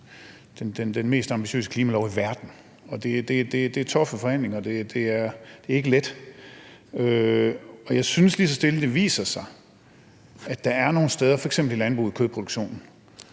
den mest ambitiøse klimalov i verden, og det er toughe forhandlinger, og det er ikke let. Jeg synes, at det lige så stille viser sig, at der er nogle steder, f.eks. i kødproduktionen